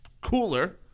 Cooler